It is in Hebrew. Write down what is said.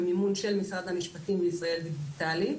במימון של משרד המשפטים בישראל דיגיטלית.